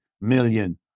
million